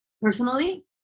personally